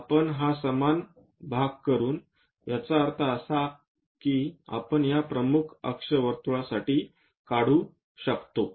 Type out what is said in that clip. आपण हा समान विभाग करून याचा अर्थ असा की आपण या प्रमुख अक्ष वर्तुळसाठी काढू शकतो